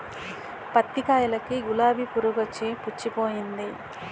పత్తి కాయలకి గులాబి పురుగొచ్చి పుచ్చిపోయింది